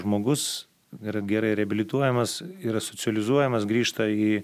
žmogus yra gerai reabilituojamas yra socializuojamas grįžta į